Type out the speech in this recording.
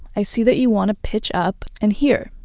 i see that you want to pitch up and here,